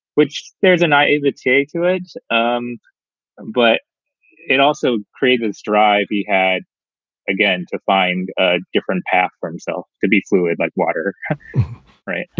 which there's a naivete to it. um but it also creates this drive. he had again, to find a different path for himself to be fluid like water right.